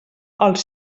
els